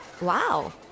Wow